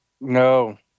No